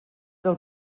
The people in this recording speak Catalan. del